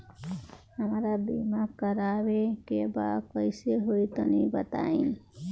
हमरा बीमा करावे के बा कइसे होई तनि बताईं?